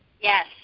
Yes